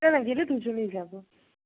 না না গেলে দুজনেই যাব